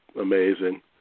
amazing